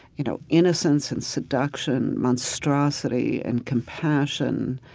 you know, innocence and seduction, monstrosity, and compassion,